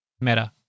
Meta